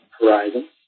horizon